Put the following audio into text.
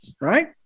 right